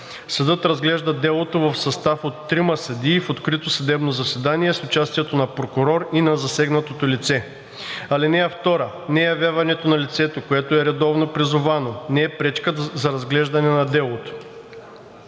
Съдът разглежда делото в състав от трима съдии в открито съдебно заседание с участието на прокурор и на засегнатото лице. (2) Неявяването на лицето, когато е редовно призовано, не е пречка за разглеждане на делото.